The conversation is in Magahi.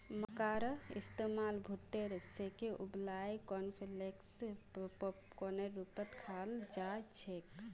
मक्कार इस्तमाल भुट्टा सेंके उबलई कॉर्नफलेक्स पॉपकार्नेर रूपत खाल जा छेक